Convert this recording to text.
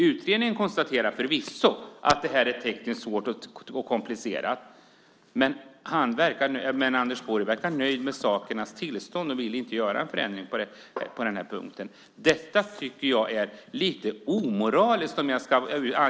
Utredningen konstaterar förvisso att det här är tekniskt svårt och komplicerat, men Anders Borg verkar nöjd med sakernas tillstånd och vill inte göra någon förändring på den här punkten. Detta tycker jag är lite omoraliskt.